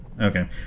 Okay